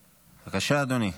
בבקשה, אדוני.